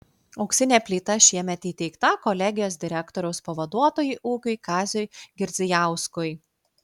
auksinė plyta šiemet įteikta kolegijos direktoriaus pavaduotojui ūkiui kaziui girdzijauskui